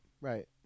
right